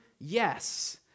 Yes